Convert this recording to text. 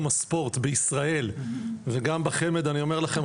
הספורט בישראל וגם בחמ"ד אני אומר לכם,